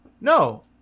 No